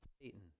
Satan